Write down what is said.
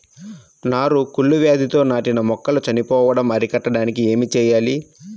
నారు కుళ్ళు వ్యాధితో నాటిన మొక్కలు చనిపోవడం అరికట్టడానికి ఏమి చేయాలి?